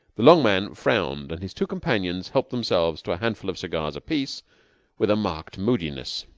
the long man frowned, and his two companions helped themselves to a handful of cigars apiece with a marked moodiness.